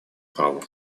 праву